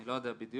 אני לא יודע בדיוק.